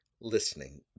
listening